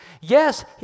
Yes